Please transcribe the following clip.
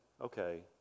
okay